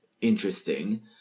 interesting